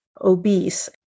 obese